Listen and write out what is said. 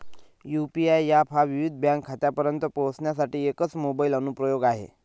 UPI app हा विविध bank खात्यांपर्यंत पोहोचण्यासाठी एकच मोबाइल अनुप्रयोग आहे